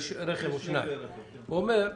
תקשיב, הוא אומר,